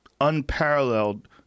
unparalleled